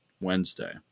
Wednesday